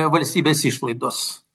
valstybės išlaidos